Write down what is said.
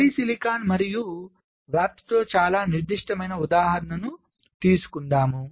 polysilicon మరియు వ్యాప్తితో చాలా నిర్దిష్టమైన ఉదాహరణ తీసుకుందాం